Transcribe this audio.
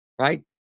right